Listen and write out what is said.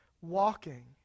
walking